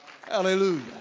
Hallelujah